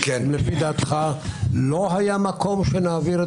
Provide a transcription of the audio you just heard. אם לפי דעתך לא היה מקום שנעביר את